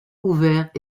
ouvert